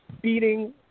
beating